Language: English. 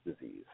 disease